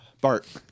Bart